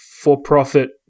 for-profit